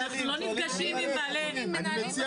אנחנו לא נפגשים עם בעלי --- אני מציע